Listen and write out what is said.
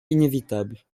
inévitables